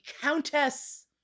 Countess